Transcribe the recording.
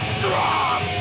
drop